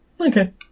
Okay